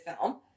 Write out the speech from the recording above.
film